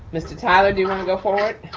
mr. tyler, do you wanna go forward?